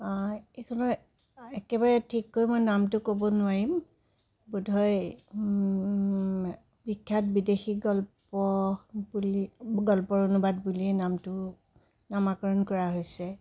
এইখনৰ একেবাৰে ঠিক কৰি মই নামটো ক'ব নোৱাৰিম বোধয় বিখ্যাত বিদেশী গল্প বুলি গল্পৰ অনুবাদ বুলি নামতো নামাকৰণ কৰা হৈছে